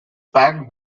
packed